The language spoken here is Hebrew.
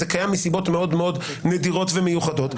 זה קיים מסיבות מאוד נדירות ומיוחדות.